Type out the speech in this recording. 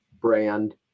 brand